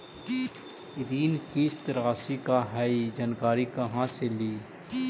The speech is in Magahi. ऋण किस्त रासि का हई जानकारी कहाँ से ली?